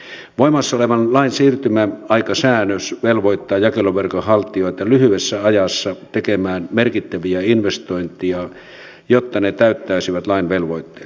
voimassa olevan lain siirtymäaikasäädös velvoittaa jakeluverkon haltijoita lyhyessä ajassa tekemään merkittäviä investointeja jotta ne täyttäisivät lain velvoitteet